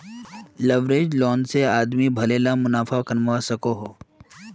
leveraged loan से आदमी भले ला मुनाफ़ा कमवा सकोहो